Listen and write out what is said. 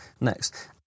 next